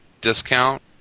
discount